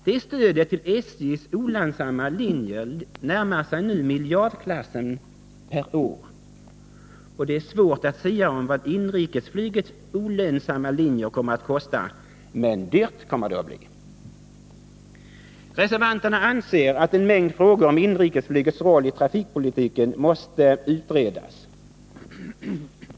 Det stödet till SJ:s olönsamma linjer närmar sig miljardklassen per år, och det är svårt att sia om vad inrikesflygets olönsamma linjer kommer att kosta — men dyrt kommer det att bli. Reservanterna anser att en mängd frågor om inrikesflygets roll i trafikpolitiken måste utredas.